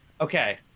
okay